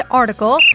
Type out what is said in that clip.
article